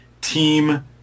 Team